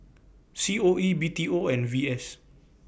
C O E B T O and V S